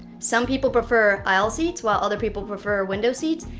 some people prefer aisle seats, while other people prefer window seats,